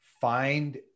find